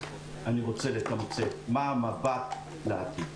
מה המבט לעתיד?